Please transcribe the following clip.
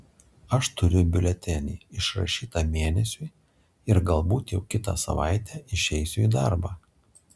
aš turiu biuletenį išrašytą mėnesiui ir galbūt jau kitą savaitę išeisiu į darbą